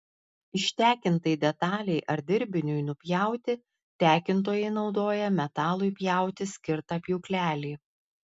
ištekintai detalei ar dirbiniui nupjauti tekintojai naudoja metalui pjauti skirtą pjūklelį